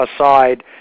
aside